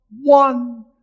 one